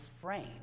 frame